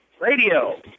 Radio